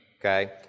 Okay